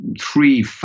three